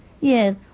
Yes